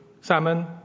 salmon